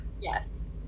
Yes